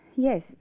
Yes